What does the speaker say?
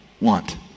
want